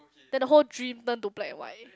then the whole dream turned to black and white